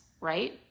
right